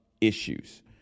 issues